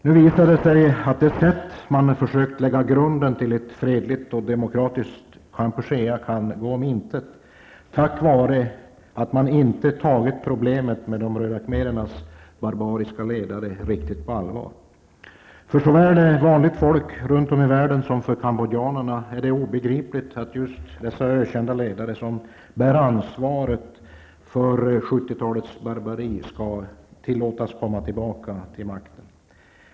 Nu visar det sig att ett fredligt och demokratiskt Kampuchea kan gå om intet på grund av att man inte riktigt tagit problemet med de röda khmerernas barbariska ledare på allvar när man försökt lägga grunden till det. Förr såväl vanligt folk runt om i världen som för kambodjanerna är det obegripligt att just de ökända ledare som bär ansvaret för 1970-talets barbari skall tillåtas komma tillbaka till makten.